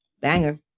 Banger